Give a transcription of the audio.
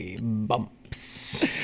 bumps